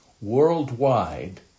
worldwide